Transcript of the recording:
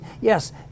yes